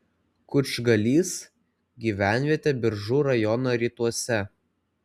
kučgalys gyvenvietė biržų rajono rytuose